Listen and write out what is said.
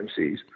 MCs